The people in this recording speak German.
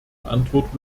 antwort